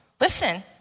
Listen